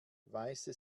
weiße